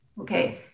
okay